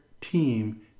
team